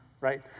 Right